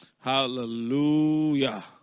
Hallelujah